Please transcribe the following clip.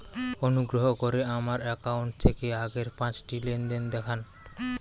অনুগ্রহ করে আমার অ্যাকাউন্ট থেকে আগের পাঁচটি লেনদেন দেখান